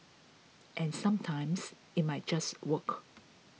and sometimes it might just work